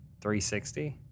360